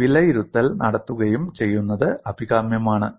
വിലയിരുത്തൽ നടത്തുകയും ചെയ്യുന്നത് അഭികാമ്യമാണ്